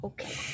Okay